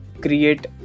create